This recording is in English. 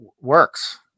works